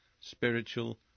spiritual